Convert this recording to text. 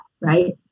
right